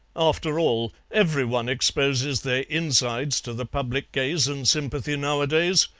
after all, every one exposes their insides to the public gaze and sympathy nowadays,